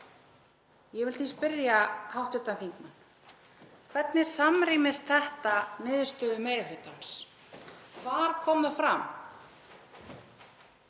Ég vil því spyrja hv. þingmann: Hvernig samrýmist þetta niðurstöðu meiri hlutans? Hvar kom það fram